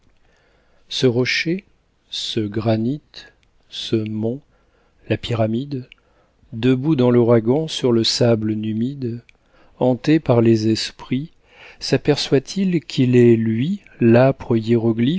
ce rocher ce granit ce mont la pyramide debout dans l'ouragan sur le sable numide hanté par les esprits saperçoit il qu'il est lui l'âpre hiéroglyphe